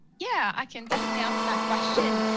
yeah, i can definitely answer that question.